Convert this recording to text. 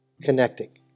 connecting